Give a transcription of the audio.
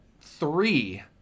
three